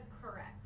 correct